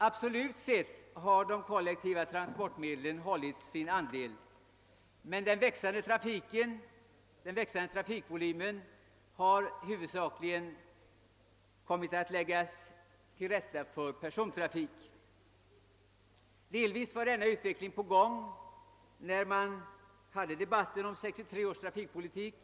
Absolut sett har de kollektiva transportmedlen hållit sin andel, men den växande trafikvolymen har huvudsakligen kommit att läggas till rätta för biltrafik. Delvis var denna utveckling påbörjad när man debatterade 1963 års trafikpolitik.